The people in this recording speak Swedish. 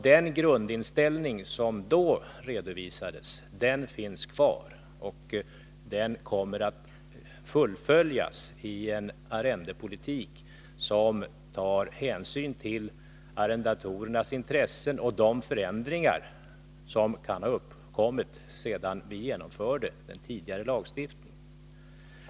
Den grundinställning som då redovisades finns kvar, och den kommer att fullföljas i en arrendepolitik som tar hänsyn till arrendatorernas intressen och de förändringar som kan ha uppkommit sedan vi genomförde den tidigare lagstiftningen.